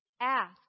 ask